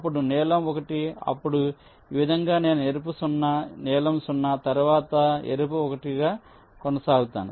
అప్పుడు నీలం 1 అప్పుడు ఈ విధంగా నేను ఎరుపు 0 నీలం 0 తరువాత ఎరుపు 1 గా కొనసాగుతాను